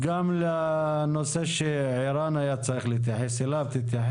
גם לנושא שערן היה צריך להתייחס אליו.